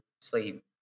sleep